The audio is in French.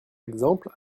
exemple